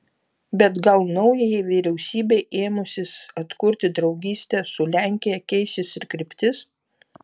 bet gal naujajai vyriausybei ėmusis atkurti draugystę su lenkija keisis ir kryptis